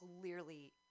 clearly